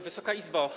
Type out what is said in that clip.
Wysoka Izbo!